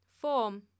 Form